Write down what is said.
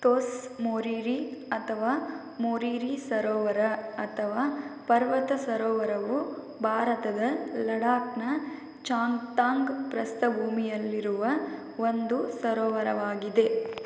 ತೋಸ್ ಮೊರೀರಿ ಅಥವಾ ಮೊರೀರಿ ಸರೋವರ ಅಥವಾ ಪರ್ವತ ಸರೋವರವು ಭಾರತದ ಲಡಾಖ್ನ ಚಾಂಗ್ಥಾಂಗ್ ಪ್ರಸ್ಥಭೂಮಿಯಲ್ಲಿರುವ ಒಂದು ಸರೋವರವಾಗಿದೆ